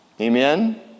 Amen